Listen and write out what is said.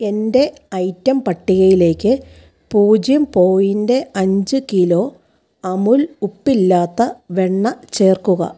എൻ്റെ ഐറ്റം പട്ടികയിലേക്ക് പൂജ്യം പോയിൻ്റ് അഞ്ച് കിലോ അമുൽ ഉപ്പില്ലാത്ത വെണ്ണ ചേർക്കുക